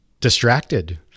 distracted